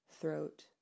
throat